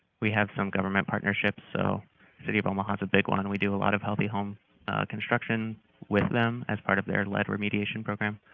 we have some government partnerships, so the city of omaha is a big one, and we do a lot of healthy home construction with them as part of their lead remediation program.